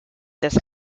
this